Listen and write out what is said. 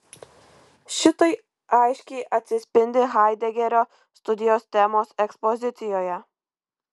šitai aiškiai atsispindi haidegerio studijos temos ekspozicijoje